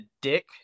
dick